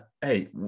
Hey